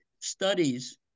studies